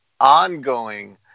ongoing